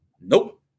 Nope